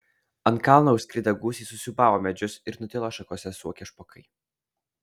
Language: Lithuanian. ant kalno užskridę gūsiai susiūbavo medžius ir nutilo šakose suokę špokai